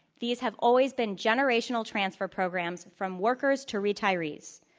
these have always been generational transfer programs from workers to retirees,